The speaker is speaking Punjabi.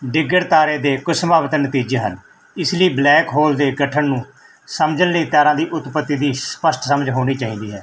ਡਿਗਣ ਤਾਰੇ ਦੇ ਕੁਛ ਸੁਭਾਵਤਨ ਨਤੀਜੇ ਹਨ ਇਸ ਲਈ ਬਲੈਕ ਹੋਲ ਦੇ ਗਠਨ ਨੂੰ ਸਮਝਣ ਲਈ ਤੈਰਾਂ ਦੀ ਉਤਪੱਤੀ ਦੀ ਸਪਸ਼ਟ ਸਮਝ ਹੋਣੀ ਚਾਹੀਦੀ ਹੈ